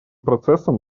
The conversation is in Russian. процессом